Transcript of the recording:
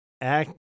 act